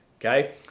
Okay